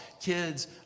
kids